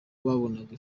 babonaga